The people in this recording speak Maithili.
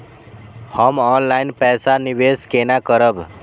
हम ऑनलाइन पैसा निवेश केना करब?